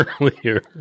earlier